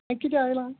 किद्या आयलां